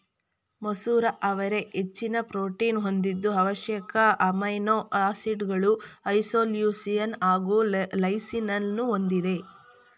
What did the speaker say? ಮಸೂರ ಅವರೆ ಹೆಚ್ಚಿನ ಪ್ರೋಟೀನ್ ಹೊಂದಿದ್ದು ಅವಶ್ಯಕ ಅಮೈನೋ ಆಸಿಡ್ಗಳು ಐಸೋಲ್ಯೂಸಿನ್ ಹಾಗು ಲೈಸಿನನ್ನೂ ಹೊಂದಿದೆ